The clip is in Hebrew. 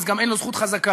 גם אין לו זכות חזקה.